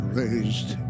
raised